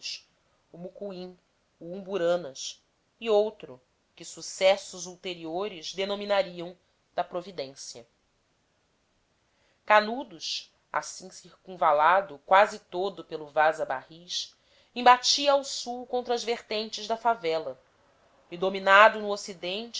o umburanas e outro que sucessos ulteriores denominariam da providência canudos assim circunvalado quase todo pelo vaza barris embatia ao sul contra as vertentes da favela e dominado no ocidente